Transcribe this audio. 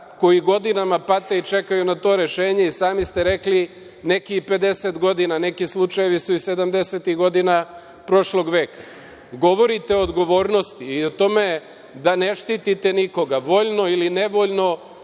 koji godinama pate i čekaju na to rešenje, i sami ste rekli, neki i 50 godina, neki slučajevi su iz sedamdesetih godina prošlog veka? Govorite o odgovornosti i o tome da ne štitite nikoga. Voljno ili nevoljno,